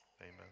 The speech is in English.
amen